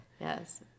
Yes